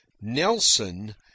Nelson